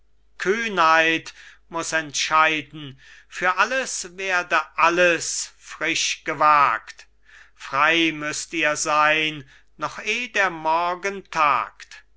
kühnheit muß entscheiden für alles werde alles frisch gewagt frei müßt ihr sein noch eh der morgen tagt